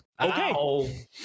okay